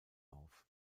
auf